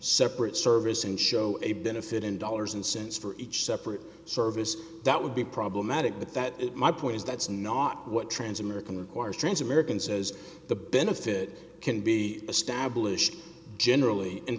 separate service and show a benefit in dollars and cents for each separate service that would be problematic but that my point is that's not what trans american requires trance american says the benefit can be established generally in